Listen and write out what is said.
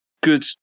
good